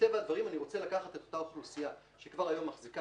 מטבע הדברים אני רוצה לקחת את אותה אוכלוסייה שכבר היום מחזיקה